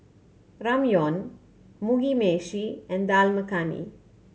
Ramyeon Mugi Meshi and Dal Makhani